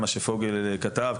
מה שפוגל כתב,